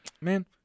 Man